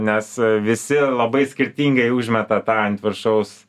nes visi labai skirtingai užmeta tą ant viršaus